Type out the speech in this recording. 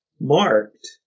marked